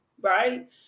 right